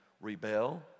rebel